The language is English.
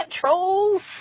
trolls